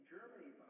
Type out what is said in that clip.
Germany